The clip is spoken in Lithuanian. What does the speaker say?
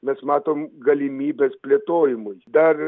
mes matome galimybes plėtojimui dar